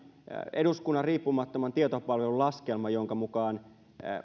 eduskunnan riippumattoman tietopalvelun laskelma jonka mukaan